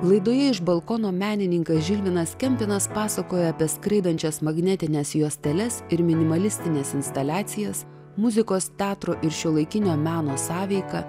laidoje iš balkono menininkas žilvinas kempinas pasakoja apie skraidančias magnetines juosteles ir minimalistines instaliacijas muzikos teatro ir šiuolaikinio meno sąveika